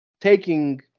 taking